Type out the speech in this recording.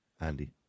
Andy